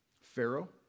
Pharaoh